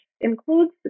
includes